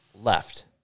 left